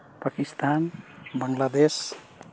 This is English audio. Pakistan Bangladesh